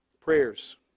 Prayers